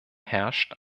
herrscht